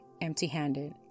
empty-handed